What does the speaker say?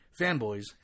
fanboys